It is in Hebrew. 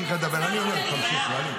תמשיך, ואליד.